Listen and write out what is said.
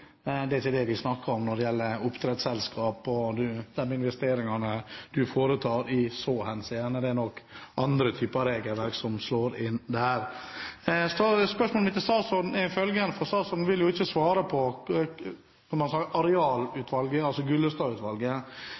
Det er ikke det vi snakker om når det gjelder oppdrettsselskap og de investeringene de foretar i så henseende. Det er nok andre typer regelverk som slår inn der. Jeg har et spørsmål til statsråden, for statsråden vil jo ikke svare når det gjelder innstillingen fra Arealutvalget, altså